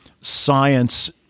science